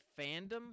fandom